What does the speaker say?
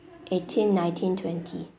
eighteen nineteen twenty